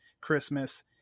Christmas